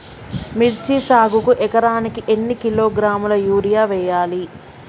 మిర్చి సాగుకు ఎకరానికి ఎన్ని కిలోగ్రాముల యూరియా వేయాలి?